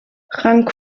rang